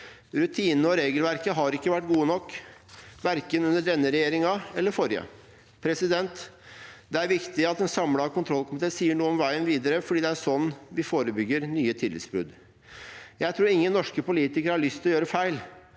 Rutinene og regelverket har ikke vært gode nok verken under denne regjeringen eller den forrige. Det er viktig at en samlet kontrollkomité sier noe om veien videre, for det er slik vi forebygger nye tillitsbrudd. Jeg tror ingen norske politikere har lyst til å gjøre feil.